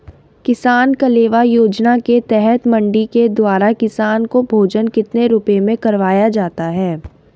किसान कलेवा योजना के तहत मंडी के द्वारा किसान को भोजन कितने रुपए में करवाया जाता है?